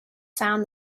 found